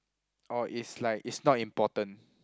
or it's like it's not important